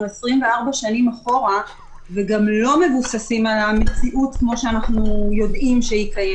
24 שנים אחורה וגם לא מבוססים על המציאות שאנחנו מכירים.